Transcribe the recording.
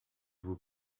vous